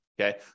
Okay